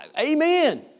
amen